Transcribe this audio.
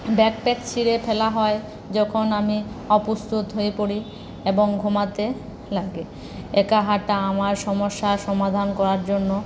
backpack ছিঁড়ে ফেলা হয় যখন আমি অপ্রস্তুত হয়ে পড়ি এবং ঘুমাতে লাগি একা হাঁটা আমার সমস্যার সমাধান করার জন্য